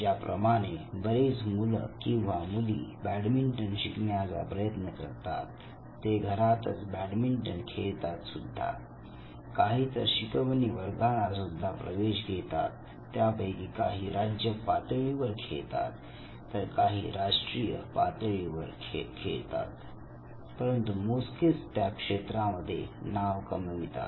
ज्याप्रमाणे बरेच मुलं किंवा मुली बॅडमिंटन शिकण्याचा प्रयत्न करतात ते घरातच बॅडमिंटन खेळतात सुद्धा काही तर शिकवणी वर्गाला सुद्धा प्रवेश घेतात त्यापैकी काही राज्य पातळीवर खेळतात तर काही राष्ट्रीय पातळीवर ठेवतात परंतु मोजकेच त्या क्षेत्रामध्ये नाव कमवितात